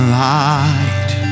light